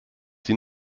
sie